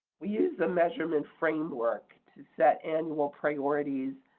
we use the measurement framework to set annual priorities,